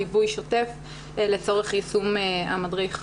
ליווי שוטף לצורך יישום המדריך.